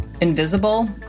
invisible